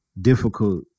difficult